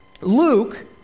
Luke